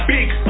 Big